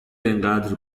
اینقدر